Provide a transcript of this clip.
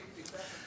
טיפח את כל,